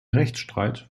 rechtsstreit